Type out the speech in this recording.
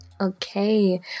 okay